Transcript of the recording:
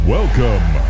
Welcome